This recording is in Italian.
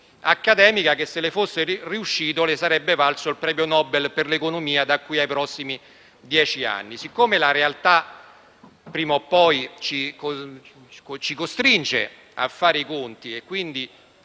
accademica che se fosse riuscita sarebbe valsa il Premio Nobel per l'economia da qui ai prossimi dieci anni. La realtà, prima o poi, ci costringe a fare i conti. È